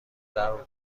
درو